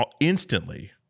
instantly